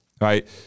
right